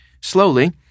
Slowly